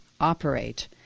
Operate